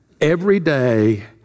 everyday